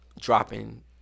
dropping